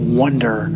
wonder